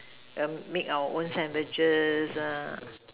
um make our own sandwiches ah